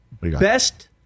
Best